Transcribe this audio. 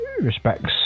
respects